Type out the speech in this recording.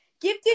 Give